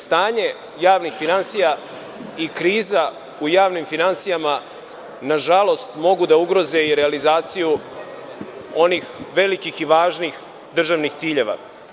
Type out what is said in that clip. Stanje javnih finansija i kriza u javnim finansijama, nažalost, mogu da ugroze i realizaciju onih velikih i važnih državnih ciljeva.